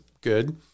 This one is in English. good